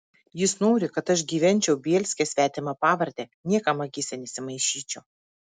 jis nori kad aš gyvenčiau bielske svetima pavarde niekam akyse nesimaišyčiau